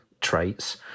traits